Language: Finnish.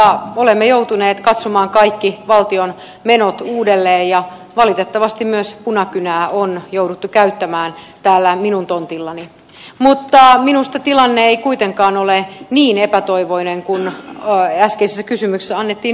tätä kautta olemme joutuneet katsomaan kaikki valtion menot uudelleen ja valitettavasti myös punakynää on jouduttu käyttämään täällä minun tontillani mutta minusta tilanne ei kuitenkaan ole niin epätoivoinen kuin äskeisessä kysymyksessä annettiin ymmärtää